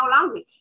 language